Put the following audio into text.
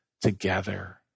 together